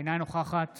אינה נוכחת